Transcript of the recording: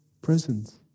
Presence